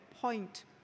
point